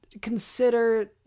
consider